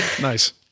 Nice